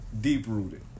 deep-rooted